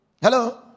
hello